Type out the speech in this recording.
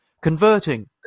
converting